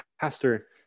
pastor